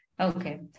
Okay